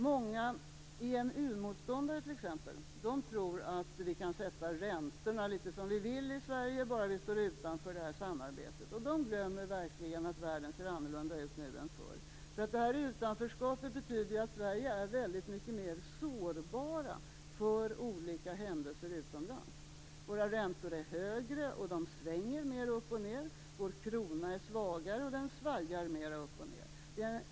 Många EMU-motståndare tror t.ex. att vi kan sätta räntorna litet som vi vill i Sverige, bara vi står utanför det här samarbetet. De glömmer verkligen att världen ser annorlunda ut nu än förr. Det här utanförskapet betyder att Sverige är väldigt mycket mer sårbart för olika händelser utomlands. Våra räntor är högre, och de svänger mer upp och ned. Vår krona är svagare, och den svajar mer upp och ned.